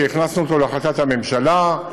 שהכנסנו אותו להחלטת הממשלה,